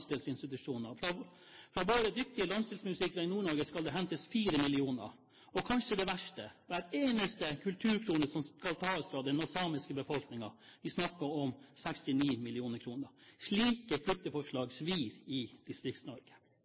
landsdelsinstitusjoner. Fra våre dyktige landsdelsmusikere i Nord-Norge skal det hentes 4 mill. kr. Og kanskje det verste: Hver eneste kulturkrone skal tas fra den samiske befolkningen – vi snakker om 69 mill. kr. Slike kuttforslag svir i